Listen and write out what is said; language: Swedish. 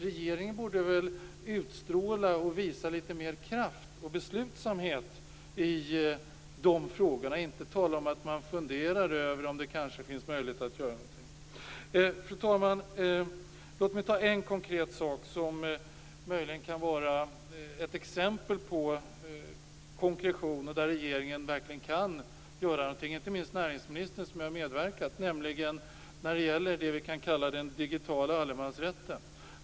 Regeringen borde väl utstråla och visa mer kraft och beslutsamhet i de frågorna. Man skall inte tala om att fundera över om det kanske finns möjlighet att göra någonting. Fru talman! Låt mig nämna ett konkret exempel där regeringen kan göra någonting, inte minst näringsministern, nämligen den digitala allemansrätten.